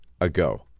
ago